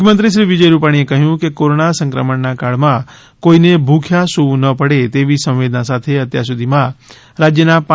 મુખ્યમંત્રી શ્રી વિજય રૂપાણીએ કહ્યું કે કોરોના સંક્રમણના કાળમાં કોઇને ભુખ્યા સૂવું ન પડે તેવી સંવેદના સાથે અત્યાર સુધીમાં રાજ્યના પ